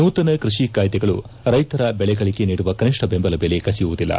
ನೂತನ ಕೃಷಿ ಕಾಯ್ದೆಗಳು ರೈತರ ಬೆಳೆಗಳಿಗೆ ನೀಡುವ ಕನಿಷ್ಠ ಬೆಂಬಲ ಬೆಲೆ ಕುಸಿಯುವುದಿಲ್ಲ